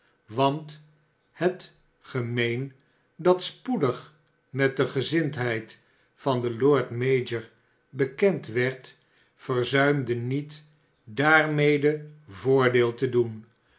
want het gemeen dat spoedig met de gezmdheid van den lord mayor bekend werd verzuimde niet daarmede voordeel te doen